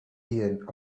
ian